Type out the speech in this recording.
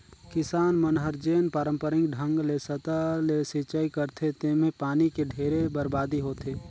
किसान मन हर जेन पांरपरिक ढंग ले सतह ले सिचई करथे तेम्हे पानी के ढेरे बरबादी होथे